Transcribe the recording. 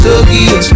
Tokyo